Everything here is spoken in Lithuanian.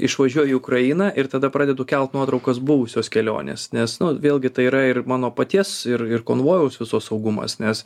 išvažiuoju į ukrainą ir tada pradedu kelt nuotraukas buvusios kelionės nes vėlgi tai yra ir mano paties ir ir konvojaus viso saugumas nes